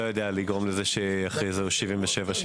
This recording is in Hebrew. (היו"ר יעקב אשר, 12:02)